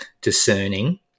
discerning